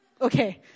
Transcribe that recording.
Okay